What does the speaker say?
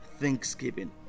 Thanksgiving